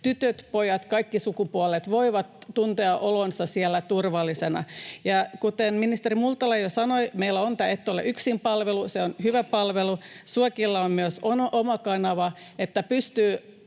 tytöt, pojat, kaikki sukupuolet — voivat tuntea olonsa siellä turvalliseksi. Kuten ministeri Multala jo sanoi, meillä on tämä Et ole yksin -palvelu. Se on hyvä palvelu. Myös SUEKilla on oma kanava, niin että pystyy